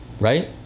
right